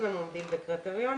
אם הם עומדים בקריטריונים,